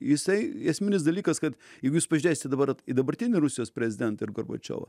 jisai esminis dalykas kad jeigu jūs pažiūrėsit dabar į dabartinį rusijos prezidentą ir gorbačiovą